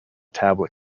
tablet